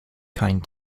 kind